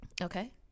Okay